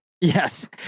Yes